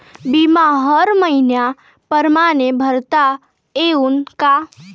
बिमा हर मइन्या परमाने भरता येऊन का?